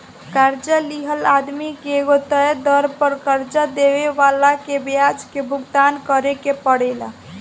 कर्जा लिहल आदमी के एगो तय दर पर कर्जा देवे वाला के ब्याज के भुगतान करेके परेला